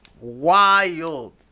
Wild